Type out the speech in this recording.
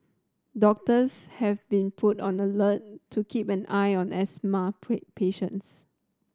doctors have been put on alert to keep an eye on asthma patients